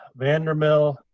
Vandermill